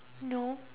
no